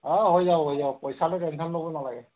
অঁ হৈ যাব হৈ যাব পইচা লৈ টেনশ্যন ল'ব নেলাগে